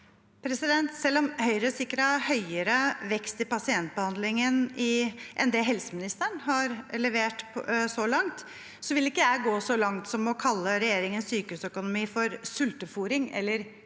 Selv om Høyre sikret høyere vekst i pasientbehandlingen enn det helseministeren har levert så langt, vil ikke jeg gå så langt som å kalle regjeringens sykehusøkonomi for sultefôring eller kronisk